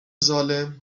ظالم